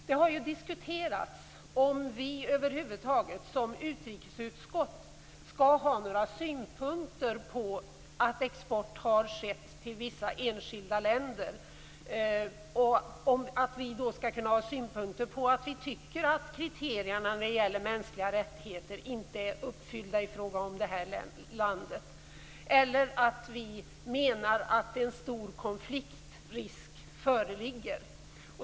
Det har ju diskuterats om vi i utrikesutskottet över huvud taget skall ha några synpunkter på att export har skett till vissa enskilda länder, t.ex. att vi tycker att kriterierna när det gäller mänskliga rättigheter inte är uppfyllda i landet i fråga eller att vi menar att stor konfliktrisk föreligger.